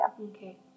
Okay